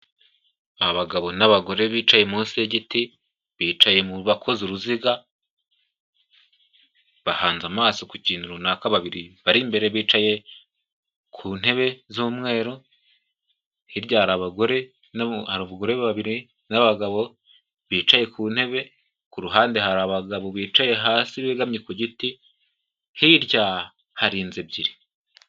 Abagabo n'abagore bicaye munsi y'igiti, bicaye bakoze uruziga, bahanze amaso ku kintu runaka, babiri bari imbere bicaye ku ntebe z'umweru, hirya hari abagore abagore babiri n'abagabo bicaye ku ntebe, ku ruhande hari abagabo bicaye hasi begamye ku giti hirya hari inzu ebyiri.